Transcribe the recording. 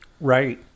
Right